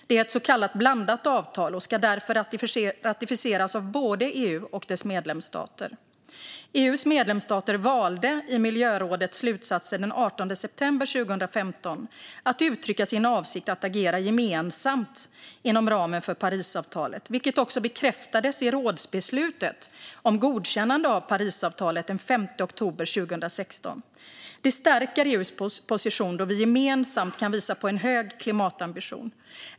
Det är ett så kallat blandat avtal och ska därför ratificeras av både EU och dess medlemsstater. EU:s medlemsstater valde i miljörådets slutsatser den 18 september 2015 att uttrycka sin avsikt att agera gemensamt inom ramen för Parisavtalet, vilket också bekräftades i rådsbeslutet om godkännande av Parisavtalet den 5 oktober 2016. Det stärker EU:s position då vi gemensamt kan visa på en hög klimatambition.